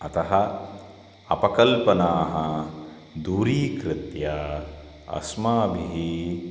अतः अपकल्पनाः दूरीकृत्य अस्माभिः